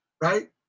right